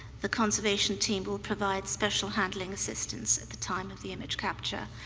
the conservation team will provide special handling assistance at the time of the image capture,